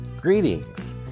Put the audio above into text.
Greetings